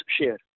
share